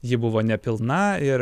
ji buvo nepilna ir